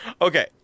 Okay